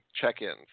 check-ins